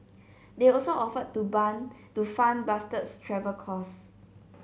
they also offered to to fund Bastard's travel cost